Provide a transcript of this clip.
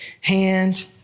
hand